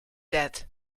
that